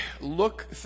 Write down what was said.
look